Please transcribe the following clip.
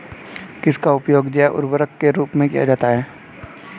किसका उपयोग जैव उर्वरक के रूप में किया जाता है?